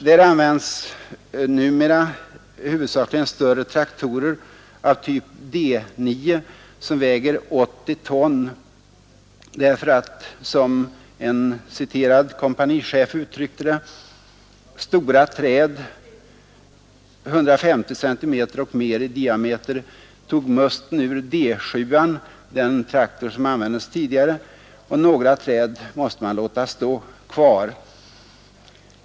Där används numera huvudsakligen större traktorer av typ D-9, som väger 80 ton, därför att — som en citerad kompanichef uttryckte det — ”stora träd, 150 cm och mer i diameter, tog musten ur D-7-traktorn”, som användes tidigare, ”och några träd måste man låta stå kvar”.